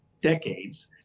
decades